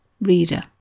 Reader